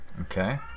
Okay